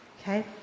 Okay